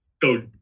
go